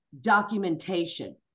documentation